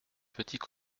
petits